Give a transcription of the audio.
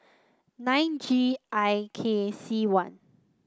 nine G I K C one